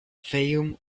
fayoum